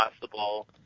possible